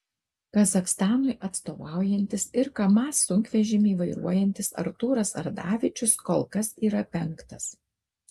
kazachstanui atstovaujantis ir kamaz sunkvežimį vairuojantis artūras ardavičius kol kas yra penktas